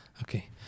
Okay